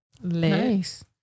Nice